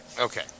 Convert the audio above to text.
Okay